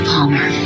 Palmer